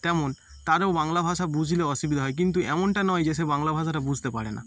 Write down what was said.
তেমন তারও বাংলা ভাষা বুঝতে অসুবিধা হয় কিন্তু এমনটা নয় যে সে বাংলা ভাষাটা বুঝতে পারে না